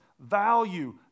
Value